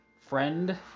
Friend